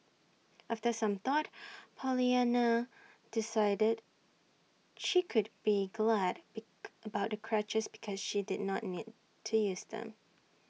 after some thought Pollyanna decided she could be go Ad be about the crutches because she did not need to use them